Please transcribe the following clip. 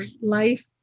life